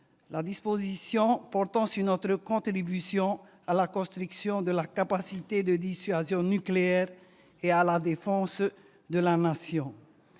Polynésiens, portant sur notre contribution à la construction de la capacité de dissuasion nucléaire et à la défense de la Nation.